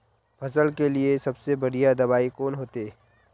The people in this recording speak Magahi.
फसल के लिए सबसे बढ़िया दबाइ कौन होते?